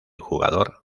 jugador